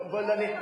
בואי לא,